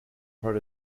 part